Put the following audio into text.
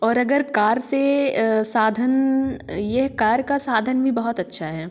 और अगर कार से साधन यह कार का साधन भी बहुत अच्छा है